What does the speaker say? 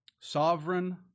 Sovereign